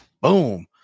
boom